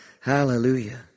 Hallelujah